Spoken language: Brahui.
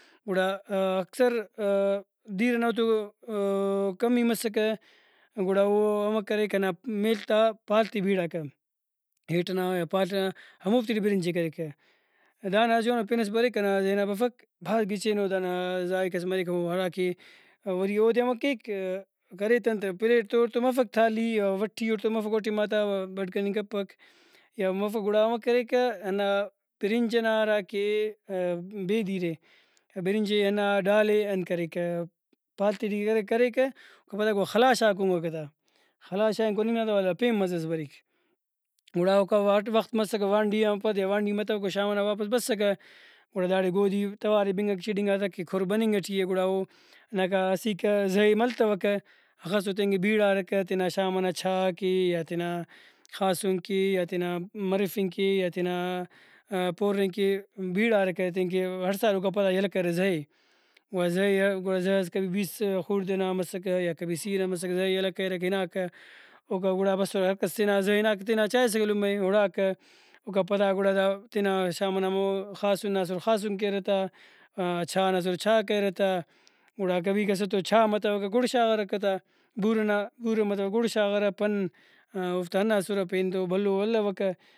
گڑا اکثر دیر ئنا تو کمی مسکہ گڑا او امر کریکہ ہندا میل تا پال تے بیڑاکہ ہیٹ ئنا پال ئنا ہموفتے ٹی برنجے کریکہ دانا جوانو پنس بریک کنا ذہنا بفک بھاز گچینو دانا ذائقس مریک ہمو ہراکہ وری اودے ہمر کیک کرے تہ انت پلیٹ تو اوڑتو مفک تالی وٹی مفک او ٹائما تا بھڈ کننگ کپک یا مفک گڑا ہمر کریکہ ہندا برنج نا ہراکہ بے دیرےبرنجے ہندا ڈال ئے انت کریکہ پال تے ٹی ارغے کریکہ اوکا پدا خلاساکہ کُنگکہ تا ۔خلاسسا کُننگ ناتا ولدا پین مزہ ئس بریک۔ گڑا اوکا اٹ وخت مسکہ وانڈی آن پد یا وانڈی متوکہ او شام ئنا واپس مسکہ گڑا داڑے گودی توارے بنگکہ چڑینگاتا کہ کُھر بننگ ٹی اے گڑااو ہنداکا اسیکا زہ ئے ملتوکہ ہخسو تینکہ بیڑارکہ تینا شام ئنا چاء ئکہ یا تینا خاسن کے یا تینا ملفنگ کے یا تینا پورنگ کہ بیڑارکہ تینکہ ہڑسارہ اوکا پدا یلہ کریرہ زہ ئے گڑا زہ ئے گڑا زہ ئس کبھی بیست خوڑدہ نا مسکہ یا کبھی سی ئنا مسکہ زہ یلہ کریرکہ ہناکہ اوکا گڑا بسرہ ہر کس تینا زہ ہناکہ تینا چاہسکہ لمہ ئے اُڑاکہ اوکا پدا گڑا دا تینا شام ئنا ہمو خاسن نا اسہ وار خاسن کیرہ تا چاء ئنا اسر چاء کریرہ تا گڑا کبھی کس ئتو چاء متوکہ گڑ شاغارکہ تا بورہ نا بورہ متوکہ گڑ شاغارہ پن اوفتا ہندا اسرہ پین تو بھلو الوکہ